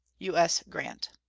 u s. grant.